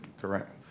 correct